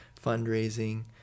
fundraising